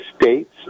states